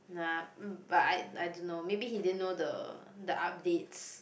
nah mm but I I don't know maybe he didn't know the the updates